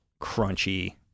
crunchy